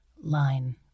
LINE